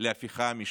להפיכה המשפטית.